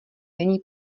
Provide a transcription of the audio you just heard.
není